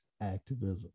activism